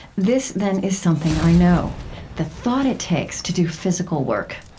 this, then, is something i know the thought it takes to do physical work.